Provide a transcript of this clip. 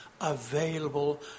available